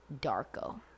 Darko